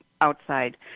outside